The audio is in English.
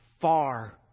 far